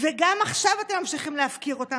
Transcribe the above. וגם עכשיו אתם ממשיכים להפקיר אותה.